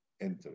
enter